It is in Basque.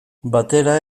batera